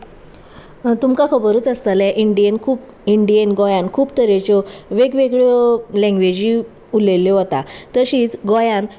तुमकां खबरूच आसतलें इंडियेन खूब इंडियेन गोंयांत खूब तरेच्यो वेगवेगळ्यो लँग्वेजी उलयल्यो वता तशींच गोंयांत